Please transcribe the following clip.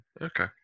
Okay